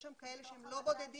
יש שם כאלה שהם לא בודדים.